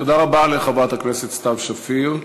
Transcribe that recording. תודה רבה לחברת הכנסת סתיו שפיר.